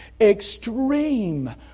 extreme